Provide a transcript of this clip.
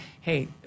hey